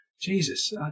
jesus